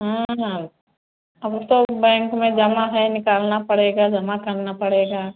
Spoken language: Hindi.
हाँ अब तो बैंक में जमा है निकलना पड़ेगा जमा करना पड़ेगा